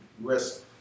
risk